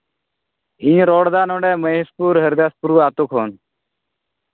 ᱤᱧ ᱨᱚᱲᱫᱟ ᱱᱚᱰᱮ ᱢᱚᱦᱮᱥᱯᱩᱨ ᱦᱚᱨᱤᱫᱟᱥᱯᱩᱨ ᱟᱹᱛᱩ ᱠᱷᱚᱱ